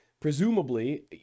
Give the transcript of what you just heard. presumably